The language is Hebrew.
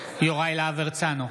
יוראי להב הרצנו,